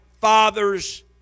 father's